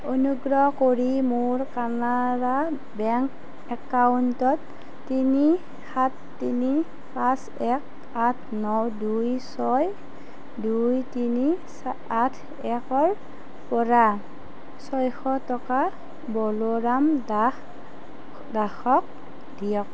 অনুগ্ৰহ কৰি মোৰ কানাড়া বেংক একাউণ্টত তিনি সাত তিনি পাঁচ এক আঠ ন দুই ছয় দুই তিনি আঠ একৰ পৰা ছয়শ টকা বলোৰাম দাস দাসক দিয়ক